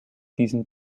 diesem